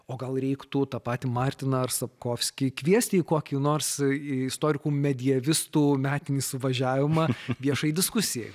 o gal reiktų tą patį martiną ar sapkovskį kviesti į kokį nors istorikų medievistų metinį suvažiavimą viešai diskusijai